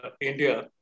India